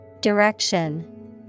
Direction